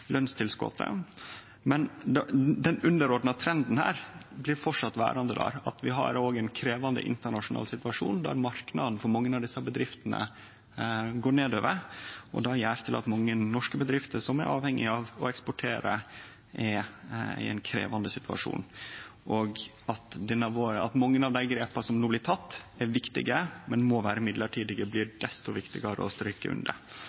Den underordna trenden her blir framleis verande der – at vi har òg ein krevjande internasjonal situasjon der marknaden for mange av desse bedriftene går nedover. Det gjer at mange norske bedrifter som er avhengige av å eksportere, er i ein krevjande situasjon, og at mange av dei grepa som no blir tekne, er viktige, men må vere mellombels – det blir desto viktigare å streke under.